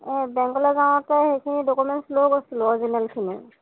এ বেংকলৈ যাওঁতে সেইখিনি ডকুমেন্টছ লৈ গৈছিলো অৰিজিনেলখিনি